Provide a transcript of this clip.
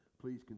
please